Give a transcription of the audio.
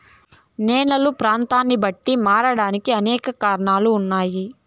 నేలలు ప్రాంతాన్ని బట్టి మారడానికి అనేక కారణాలు ఉన్నాయి